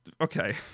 Okay